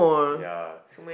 ya